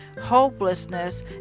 hopelessness